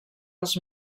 els